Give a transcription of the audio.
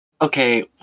Okay